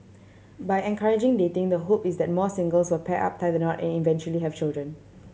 by encouraging dating the hope is that more singles will pair up tie the knot and eventually have children